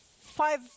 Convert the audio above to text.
five